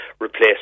replace